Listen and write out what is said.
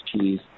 cheese